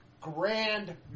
Grand